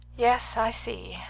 yes, i see,